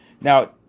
Now